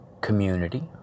community